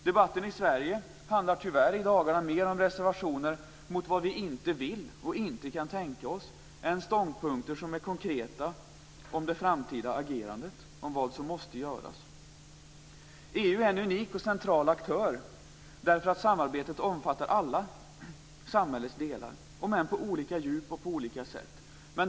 Debatten i Sverige handlar tyvärr i dagarna mer om reservationer mot vad vi inte vill och inte kan tänka oss än ståndpunkter som är konkreta om det framtida agerandet och vad som måste göras. EU är en unik och central aktör därför att samarbetet omfattar alla samhällets delar om än på olika djup och på olika sätt.